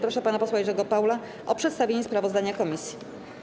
Proszę pana posła Jerzego Paula o przedstawienie sprawozdania komisji.